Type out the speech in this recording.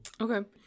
Okay